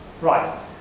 Right